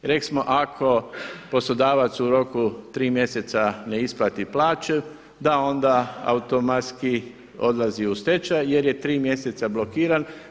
Rekli smo ako poslodavac u roku tri mjeseca ne isplati plaću, da onda automatski odlazi u stečaj jer je tri mjeseca blokiran.